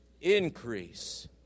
Increase